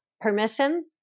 permission